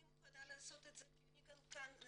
אני מוכנה לעשות את זה כי גם כאן אני